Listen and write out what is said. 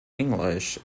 english